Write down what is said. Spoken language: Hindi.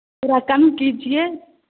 थोड़ा कम कीजिए